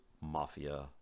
mafia